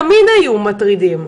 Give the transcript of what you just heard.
תמיד היו מטרידים,